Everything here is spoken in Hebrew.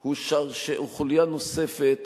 הוא חוליה נוספת